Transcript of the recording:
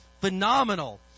Phenomenal